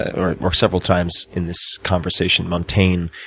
or or several times in this conversation, montaigne.